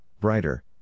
brighter